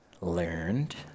learned